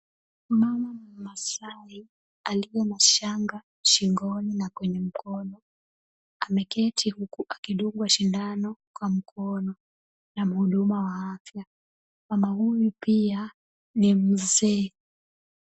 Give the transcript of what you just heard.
Mama mmasai aliye na shanga shingoni na kwenye mkono, ameketi huku akidungwa shindano kwa mkono na mhudumu wa afya. Mama huyu pia ni mzee.